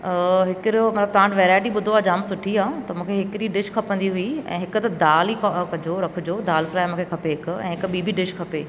आ हिकिड़ो मां तव्हां वटि वैराइटी ॿुधो आहे जाम सुठी आहे त मूंखे हिकिड़ी डिश खपंदी हुई ऐं हिकु त दाल ई प कॼो रखिजो दाल फ्राइ मूंखे खपे हिक ऐं हिकु ॿी बि डिश खपे